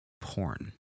porn